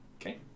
Okay